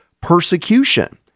persecution